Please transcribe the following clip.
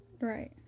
Right